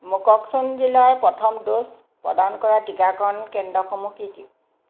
মোকক্চুং জিলাৰ প্ৰথম ড'জ প্ৰদান কৰা টীকাকৰণ কেন্দ্ৰসমূহ কি কি